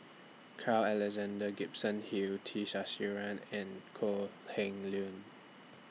Carl Alexander Gibson Hill T Sasitharan and Kok Heng Leun